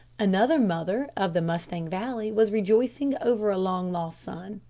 another mother of the mustang valley was rejoicing over a long-lost son.